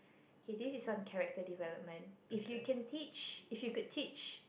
K this is some character development if you can teach if you could teach